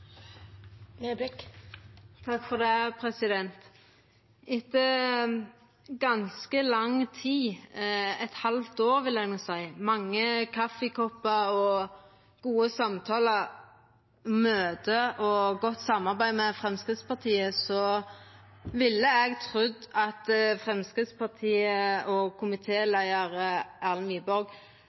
Etter ganske lang tid – eit halvt år vil eg nok seia – med mange kaffikoppar og gode samtalar, møte og godt samarbeid med Framstegspartiet, ville eg trudd at Framstegspartiet og